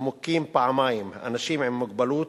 "המוכים פעמיים, האנשים עם מוגבלות